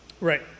Right